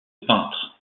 peintre